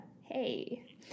hey